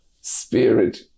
spirit